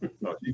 No